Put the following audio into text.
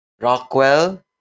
Rockwell